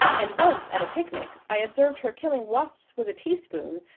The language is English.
and once, at a picnic, i observed her killing wasps with a teaspoon,